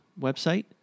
website